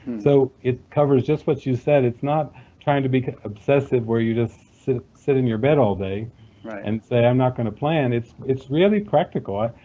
so it covers just what you said. it's not trying to be obsessive where you just sit sit in your bed all day and say, i'm not going to plan it's it's really practical.